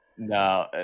No